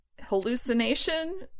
hallucination